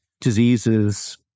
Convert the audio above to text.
diseases